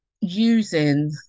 using